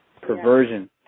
perversion